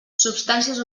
substàncies